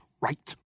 right